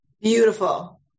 Beautiful